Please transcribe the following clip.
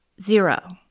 zero